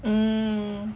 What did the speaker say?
hmm